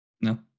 No